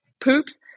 poops